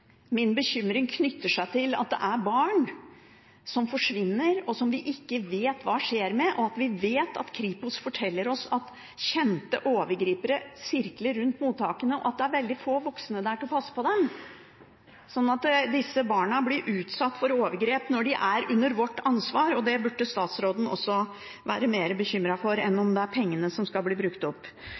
Min bekymring knytter seg til at det er barn som forsvinner, som vi ikke vet hva skjer med, og at Kripos forteller oss at kjente overgripere sirkler rundt mottakene, og at det er veldig få voksne der til å passe på barna. Disse barna blir utsatt for overgrep når de er under vårt ansvar, og det burde statsråden også være mer bekymret for enn om pengene skal bli brukt opp. Så sier statsråden at det er UDI som skal